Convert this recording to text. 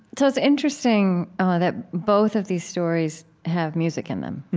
so it's interesting that both of these stories have music in them.